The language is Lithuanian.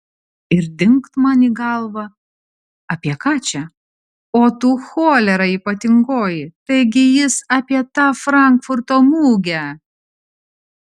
ir dingt man į galvą apie ką čia o tu cholera ypatingoji taigi jis apie tą frankfurto mugę